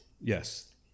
Yes